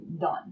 done